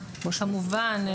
כמובן,